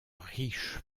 riche